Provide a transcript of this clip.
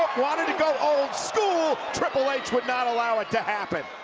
wanted to go old school. triple h would not allow it to happen.